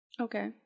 Okay